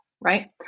right